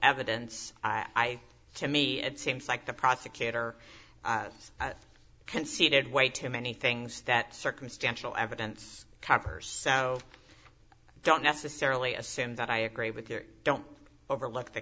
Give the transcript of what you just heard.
evidence i to me it seems like the prosecutor has conceded way too many things that circumstantial evidence cover so don't necessarily assume that i agree with you or don't overlook the